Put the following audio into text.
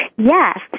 Yes